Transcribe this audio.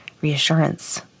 reassurance